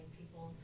people